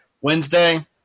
Wednesday